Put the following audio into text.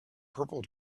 purple